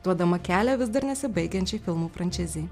duodama kelią vis dar nesibaigiančiai filmų frančizei